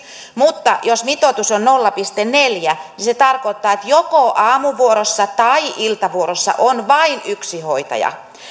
mutta jos mitoitus on nolla pilkku neljä niin se tarkoittaa että joko aamuvuorossa tai iltavuorossa on vain yksi hoitaja